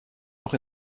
noch